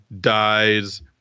dies